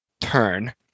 turn